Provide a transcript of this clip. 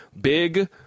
big